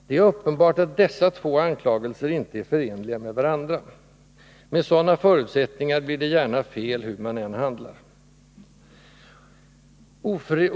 Det är uppenbart att dessa två anklagelser inte är förenliga med varandra. Med sådana förutsättningar blir det gärna fel hur man än handlar.